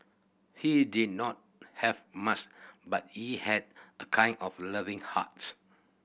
he did not have much but he had a kind of loving heart